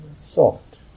soft